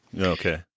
Okay